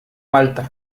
malta